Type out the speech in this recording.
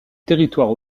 territoire